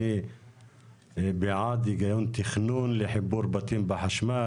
אני בעד הגיון תכנון לחיבור בתים לחשמל,